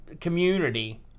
community